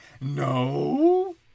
No